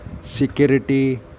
security